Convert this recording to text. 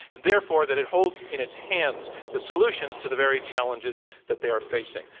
and therefore, that it holds in its hands the solutions to the very challenges that they are facing.